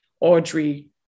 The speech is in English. Audrey